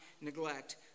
neglect